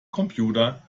computer